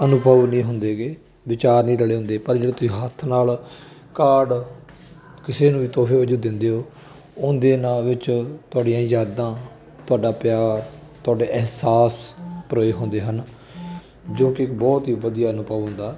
ਅਨੁਭਵ ਨਹੀਂ ਹੁੰਦੇ ਹੈਗੇ ਵਿਚਾਰ ਨਹੀਂ ਰਲੇ ਹੁੰਦੇ ਪਰ ਜਦੋਂ ਤੁਸੀਂ ਹੱਥ ਨਾਲ ਕਾਰਡ ਕਿਸੇ ਨੂੰ ਵੀ ਤੋਹਫ਼ੇ ਵਜੋਂ ਦਿੰਦੇ ਹੋ ਉਹਦੇ ਨਾਮ ਵਿੱਚ ਤੁਹਾਡੀਆਂ ਯਾਦਾਂ ਤੁਹਾਡਾ ਪਿਆਰ ਤੁਹਾਡੇ ਅਹਿਸਾਸ ਪਰੋਏ ਹੁੰਦੇ ਹਨ ਜੋ ਕਿ ਬਹੁਤ ਹੀ ਵਧੀਆ ਅਨੁਭਵ ਹੁੰਦਾ